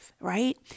right